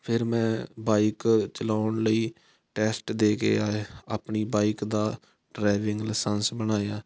ਫਿਰ ਮੈਂ ਬਾਈਕ ਚਲਾਉਣ ਲਈ ਟੈਸਟ ਦੇ ਕੇ ਆਇਆ ਆਪਣੀ ਬਾਈਕ ਦਾ ਡਰਾਈਵਿੰਗ ਲਾਇਸੈਂਸ ਬਣਾਇਆ